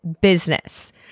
Business